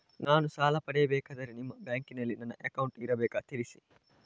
ನಾನು ಸಾಲ ಪಡೆಯಬೇಕಾದರೆ ನಿಮ್ಮ ಬ್ಯಾಂಕಿನಲ್ಲಿ ನನ್ನ ಅಕೌಂಟ್ ಇರಬೇಕಾ ತಿಳಿಸಿ?